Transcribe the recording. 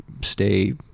stay